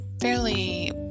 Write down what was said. fairly